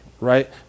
Right